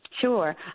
Sure